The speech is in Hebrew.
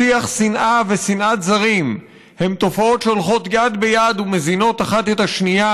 שיח שנאה ושנאת זרים הם תופעות שהולכות יד ביד ומזינות אחת את השנייה,